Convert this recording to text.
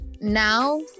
now